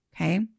Okay